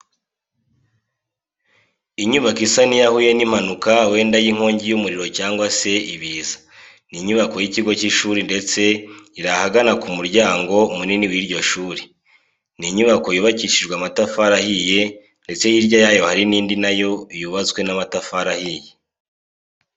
Inyubako isa n'iyahuye n'impanuka wenda y'inkongi y'umuriro cyangwa se ibiza, ni inyubako y'ikigo cy'ishuri ndetse iri ahagana ku muryango munini w'iryo shuri. Ni inyubako yubakishijwe amatafari ahiye ndetse hirya yayo hari indi na yo yubatswe n'amatafari ahiye.